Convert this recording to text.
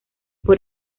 por